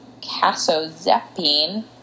casozepine